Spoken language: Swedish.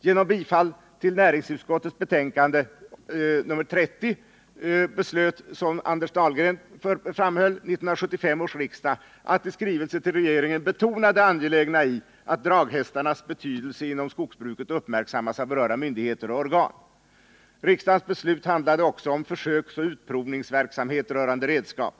Genom bifall till näringsutskottets betänkande nr 30 beslöt, som Anders Dahlgren framhöll, 1975 års riksdag att i skrivelse till regeringen betona att det är angeläget att draghästarnas betydelse inom skogsbruket uppmärksammas av berörda myndigheter och organ. Riksdagens beslut handlade också om försöksoch utprovningsverksamhet beträffande redskap.